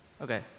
Okay